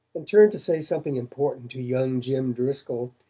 and turned to say something important to young jim driscoll,